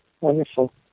Wonderful